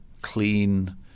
clean